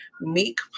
Meek